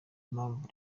mpamvu